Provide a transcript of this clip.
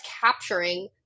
capturing